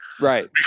Right